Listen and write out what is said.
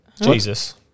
Jesus